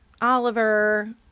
Oliver